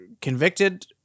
convicted